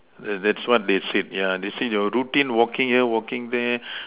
uh that that's what they said yeah they said your routine walking here walking there